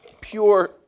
pure